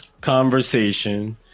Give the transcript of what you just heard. conversation